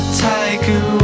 tiger